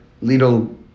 little